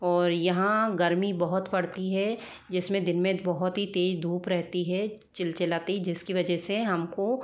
और यहाँ गर्मी बहुत पड़ती है जिसमें दिन मे बहुत ही तेज़ धूप रहती है चिलचिलाती जिसकी वजह से हमको